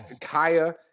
Kaya